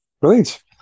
Brilliant